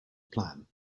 plan